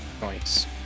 Nice